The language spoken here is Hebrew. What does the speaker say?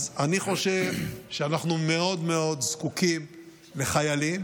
אני חושב שאנחנו מאוד מאוד זקוקים לחיילים.